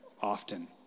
often